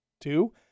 two